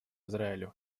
израилю